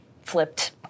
flipped